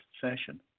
session